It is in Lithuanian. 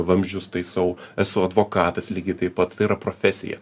vamzdžius taisau esu advokatas lygiai taip pat tai yra profesija